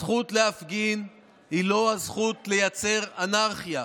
הזכות להפגין היא לא הזכות לייצר אנרכיה.